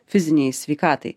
fizinei sveikatai